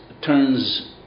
turns